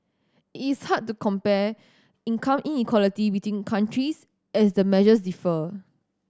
it is hard to compare income inequality between countries as the measures differ